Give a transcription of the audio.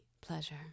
pleasure